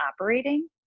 operating